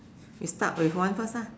you start with one first ah